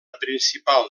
principal